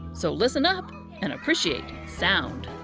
so listen up and appreciate sound.